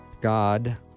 God